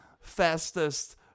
fastest